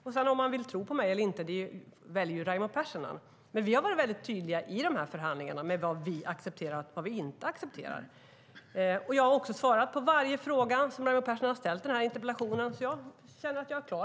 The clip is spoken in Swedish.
Om han sedan vill tro på mig eller inte väljer Raimo Pärssinen. I de här förhandlingarna har vi varit tydliga med vad vi accepterar och inte accepterar. Jag har också svarat på varje fråga som Raimo Pärssinen har ställt i interpellationen, så jag känner att jag är klar.